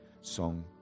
song